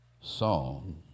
song